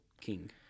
king